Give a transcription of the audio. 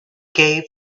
gave